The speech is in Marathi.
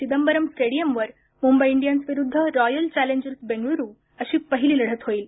चिदंबरम स्टेडीयमवर मुंबई इंडियन्स विरुद्ध रॉयल चॅलेन्जर्स बेंगळूरू अशी पहिली लढत होईल